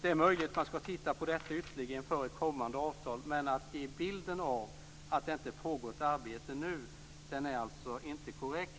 Det är möjligt att man skall titta på detta ytterligare inför ett kommande avtal, men bilden av att det inte pågår ett arbete nu är inte korrekt.